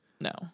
No